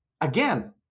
again